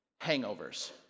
hangovers